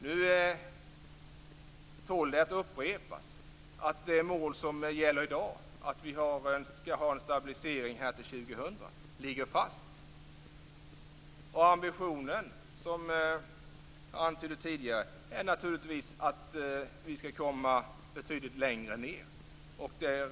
Nu tål det att upprepas att det mål som gäller i dag, att vi skall ha en stabilisering till år 2000, ligger fast. Ambitionen är naturligtvis att vi skall komma betydligt längre ned, som jag antydde tidigare.